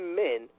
men